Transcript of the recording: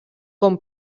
com